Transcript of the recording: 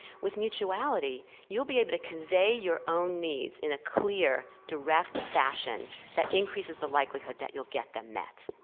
with mutuality you'll be able to convey your own needs in a clear direct fashion that increases the likelihood that you'll get them met.